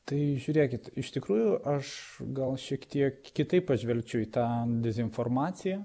tai žiūrėkit iš tikrųjų aš gal šiek tiek kitaip pažvelgčiau į tą dezinformaciją